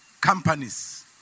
companies